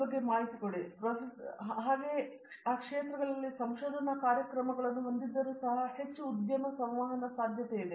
ಪ್ರತಾಪ್ ಹರಿಡೋಸ್ ಹಾಗೆಯೇ ನಾವು ಆ ಕ್ಷೇತ್ರಗಳಲ್ಲಿ ಸಂಶೋಧನಾ ಕಾರ್ಯಕ್ರಮಗಳನ್ನು ಹೊಂದಿದ್ದರೂ ಸಹ ಹೆಚ್ಚು ಉದ್ಯಮ ಸಂವಹನ ಸಾಧ್ಯತೆಯಿದೆ